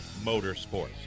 motorsports